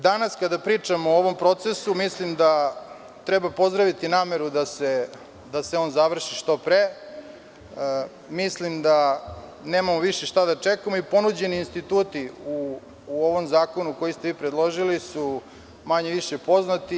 Danas kada pričamo o ovom procesu, mislim da treba pozdraviti nameru da se on završi što pre, mislim da nemamo više šta da čekamo i da ponuđeni instituti u ovom zakonu koji ste predložili su manje-više poznati.